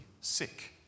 sick